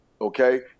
Okay